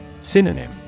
Synonym